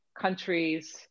countries